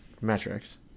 metrics